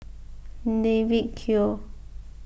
David Kwo